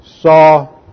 saw